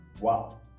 Wow